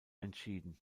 entschieden